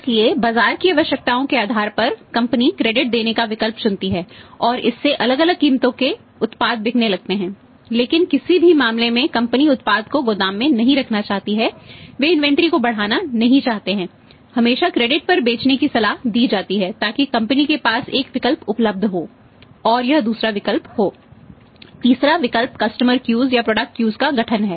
इसलिए बाजार की आवश्यकताओं के आधार पर कंपनियां क्रेडिट का गठन है